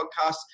podcast